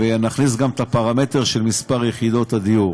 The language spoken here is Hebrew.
ונכניס גם את הפרמטר של מספר יחידות הדיור.